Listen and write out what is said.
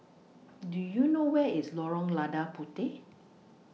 Do YOU know Where IS Lorong Lada Puteh